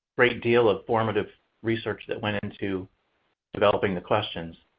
great deal of formative research that went in to developing the questions.